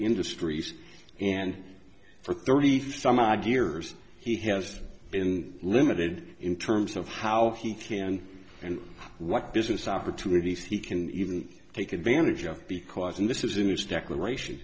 industries and for thirty five years he has been limited in terms of how he can and what business opportunities he can even take advantage of because and this is in his declaration